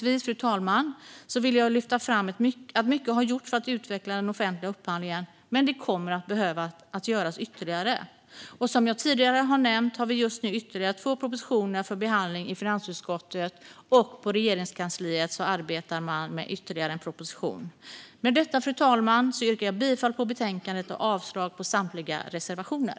Avslutningsvis vill jag lyfta fram att mycket har gjorts för att utveckla offentlig upphandling, men det kommer att behöva göras mer. Som jag tidigare har nämnt har vi just nu ytterligare två propositioner för behandling i finansutskottet, och på Regeringskansliet arbetar man med ytterligare en proposition. Med detta yrkar jag bifall till utskottets förslag och avslag på samtliga reservationer.